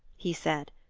he said,